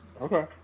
Okay